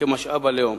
כמשאב הלאום.